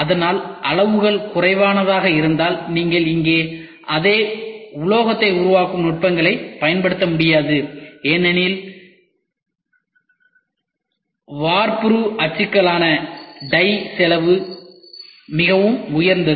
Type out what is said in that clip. ஆனால் அளவுகள் குறைவானதாக இருந்தால் நீங்கள் இங்கே அதே உலோகத்தை உருவாக்கும் நுட்பங்களைப் பயன்படுத்த முடியாது ஏனெனில் வார்ப்புருவு அச்சுகான செலவு மிகவும் உயர்ந்தது